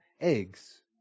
eggs